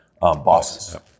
bosses